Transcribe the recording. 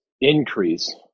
increase